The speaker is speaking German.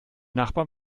nachbarn